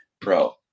pro